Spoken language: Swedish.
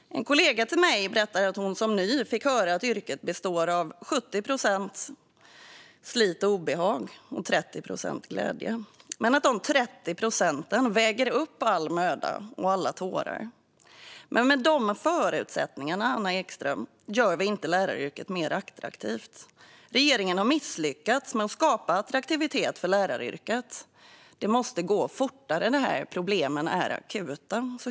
En kollega till mig berättade att hon som ny fick höra att yrket består av 70 procent slit och obehag och 30 procent glädje men att de 30 procenten väger upp all möda och alla tårar. Men med de förutsättningarna, Anna Ekström, gör vi inte läraryrket mer attraktivt. Regeringen har misslyckats med att skapa attraktivitet för läraryrket. Det måste gå fortare. Problemen är akuta.